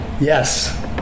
Yes